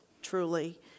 Truly